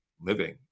living